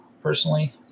personally